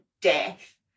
death